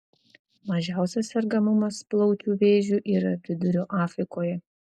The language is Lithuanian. mažiausias sergamumas plaučių vėžiu yra vidurio afrikoje